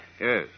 Yes